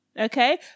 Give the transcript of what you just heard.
okay